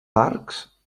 arcs